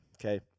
Okay